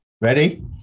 Ready